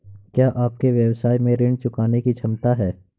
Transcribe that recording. क्या आपके व्यवसाय में ऋण चुकाने की क्षमता है?